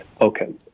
Okay